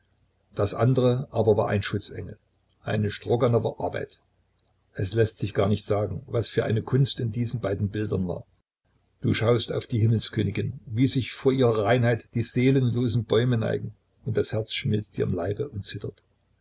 das andere aber war ein schutzengel eine stroganower arbeit es läßt sich gar nicht sagen was für eine kunst in diesen beiden bildern war du schaust auf die himmelskönigin wie sich vor ihrer reinheit die seelenlosen bäume neigen und das herz schmilzt dir im leibe und zittert